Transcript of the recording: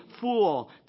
fool